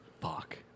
Fuck